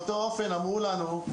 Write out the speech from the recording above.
באותו אופן אמרו לנו,